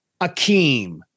Akeem